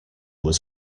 was